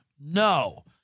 No